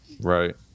Right